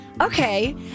Okay